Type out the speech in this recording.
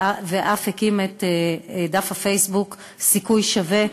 ואף הקים את דף הפייסבוק "סיכוי שווה",